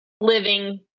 living